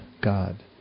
God